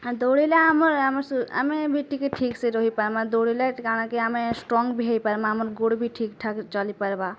ହାଁ ଦୌଡ଼ିଲେ ଆମର୍ ଆମ ସୁ ଆମ ଆମେ ଭି ଟିକେ ଠିକ୍ ସେ ରହିପାର୍ମା ଦୌଡ଼ିଲେ ଟି କାଣା କି ଆମେ ଷ୍ଟ୍ରଙ୍ଗ୍ ବି ହେଇପାର୍ମା ଆମ ଗୋଡ଼୍ ବି ଠିକ୍ ଠାକ୍ ଚଲି ପାର୍ବା